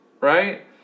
Right